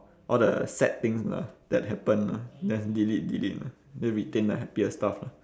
all the sad things lah that happen lah just delete delete lah then retain the happier stuff lah